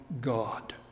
God